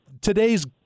today's